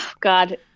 God